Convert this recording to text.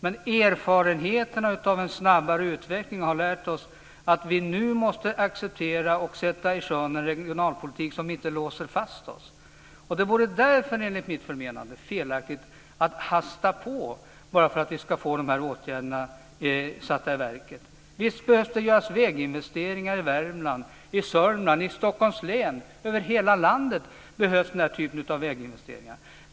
Men erfarenheterna av en snabbare utveckling har lärt oss att vi nu måste acceptera och sätta i sjön en regionalpolitik som inte låser fast oss. Det vore därför enligt mitt förmenande felaktigt att hasta på bara för att vi ska sätta dessa åtgärder i verket. Visst behövs det göras väginvesteringar i Värmland. I Sörmland, i Stockholms län och över hela landet behövs denna typ av väginvesteringar.